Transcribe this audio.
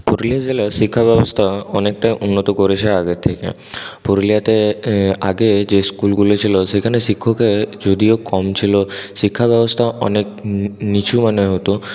পুরুলিয়া জেলার শিক্ষাব্যবস্থা অনেকটা উন্নত করেছে আগের থেকে পুরুলিয়াতে আগে যে স্কুলগুলি ছিল সেখানে শিক্ষকের যদিও কম ছিল শিক্ষাব্যবস্থা অনেক নিচু মানের হত